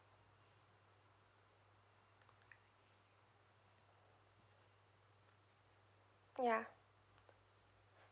ya